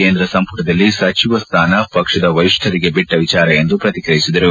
ಕೇಂದ್ರ ಸಂಪುಟದಲ್ಲಿ ಸಚಿವ ಸ್ಥಾನ ಪಕ್ಷದ ವರಿಷ್ಠರಿಗೆ ಬಿಟ್ಟ ವಿಚಾರ ಎಂದು ಪ್ರತಿಕ್ರಿಯಿಸಿದರು